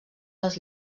les